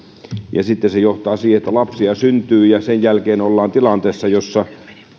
ja sitten se johtaa siihen että lapsia syntyy ja sen jälkeen ollaan tilanteessa jossa